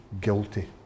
guilty